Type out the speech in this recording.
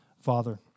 Father